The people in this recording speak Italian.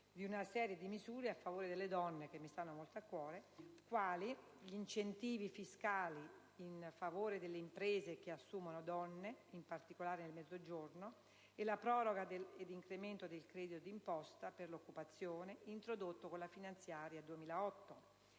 di una serie di misure a favore delle donne, che mi stanno molto a cuore: incentivi fiscali in favore delle imprese che assumono donne, in particolare nel Mezzogiorno, e la proroga e l'incremento del credito d'imposta per l'occupazione, introdotto con la finanziaria 2008;